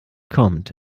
kommt